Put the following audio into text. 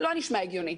לא נשמע הגיוני.